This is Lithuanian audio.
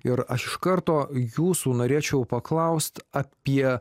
ir aš iš karto jūsų norėčiau paklaust apie